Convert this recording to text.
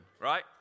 right